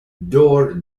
door